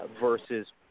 versus